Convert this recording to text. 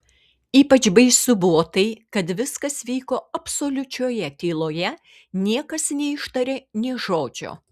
ypač baisu buvo tai kad viskas vyko absoliučioje tyloje niekas neištarė nė žodžio